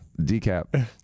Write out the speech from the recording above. decap